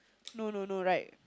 no no no right